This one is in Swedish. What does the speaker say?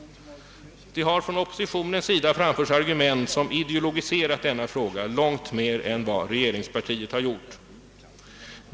Oppositionen har framfört argument som innebär att man ideologiserat frågan långt mer än regeringspartiet gjort.